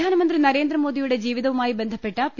പ്രധാനമന്ത്രി നരേന്ദ്രമോദിയുടെ ജീവിതവുമായി ബന്ധപ്പെട്ട പി